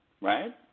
right